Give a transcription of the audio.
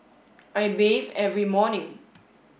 I bathe every morning